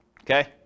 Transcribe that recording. Okay